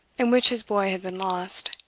in which his boy had been lost,